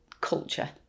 culture